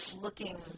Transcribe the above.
looking